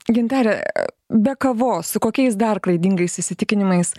gintare be kavos su kokiais dar klaidingais įsitikinimais